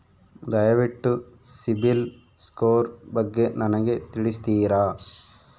ದಯವಿಟ್ಟು CIBIL score ಬಗ್ಗೆ ನನಗೆ ತಿಳಿಸ್ತೀರಾ?